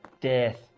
Death